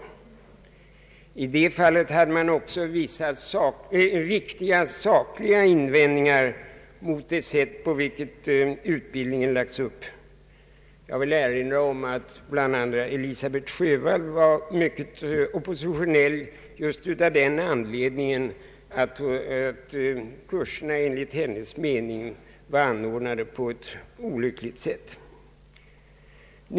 Vid det tillfället förekom också vissa sakliga invändningar mot det sätt på vilket utbildningen lagts upp. Jag vill erinra om att bl.a. Elisabet Sjövall var mycket oppositionell just av den anledningen att kurserna enligt hennes mening var anordnade på ett olyckligt sätt.